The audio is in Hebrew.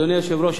אדוני היושב-ראש,